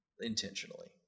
intentionally